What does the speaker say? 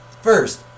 First